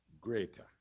greater